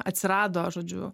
atsirado žodžiu